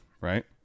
right